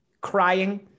crying